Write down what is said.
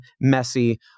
Messy